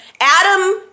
Adam